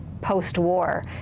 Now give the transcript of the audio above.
post-war